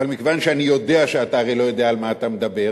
אבל מכיוון שאני יודע שאתה הרי לא יודע על מה אתה מדבר,